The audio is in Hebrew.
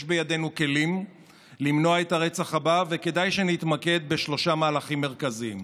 יש בידינו כלים למנוע את הרצח הבא וכדאי שנתמקד בשלושה מהלכים מרכזיים: